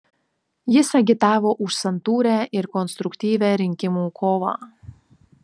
jis agitavo už santūrią ir konstruktyvią rinkimų kovą